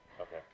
Okay